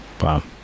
Wow